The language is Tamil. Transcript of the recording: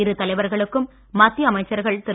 இரு தலைவர்களுக்கும் மத்திய அமைச்சர்கள் திரு